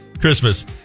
Christmas